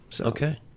Okay